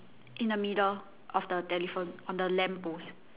in the middle of the telephone on the lamp post